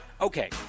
Okay